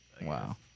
Wow